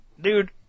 Dude